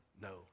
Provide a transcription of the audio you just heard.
No